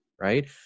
right